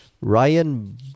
Ryan